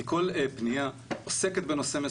כי כל פנייה עוסקת בנושא מסוים.